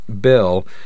bill